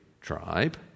tribe